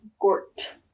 gort